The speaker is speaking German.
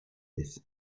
ist